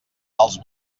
els